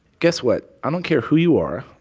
guess what? i don't care who you are.